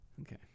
Okay